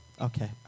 Okay